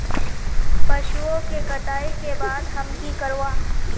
पशुओं के कटाई के बाद हम की करवा?